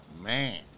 man